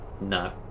No